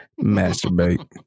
Masturbate